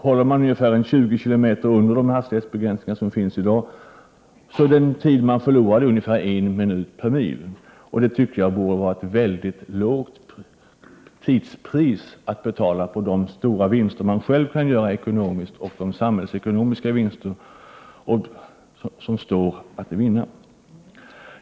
Håller man en fart på ungefär 20 kilometer under de hastighetsbegränsningar som finns i dag, förlorar man i tid ungefär 1 minut per mil. Det borde vara ett lågt tidspris att betala jämfört med de stora vinster man själv kan göra ekonomiskt och jämfört med de samhällsekonomiska vinster som står att vinna.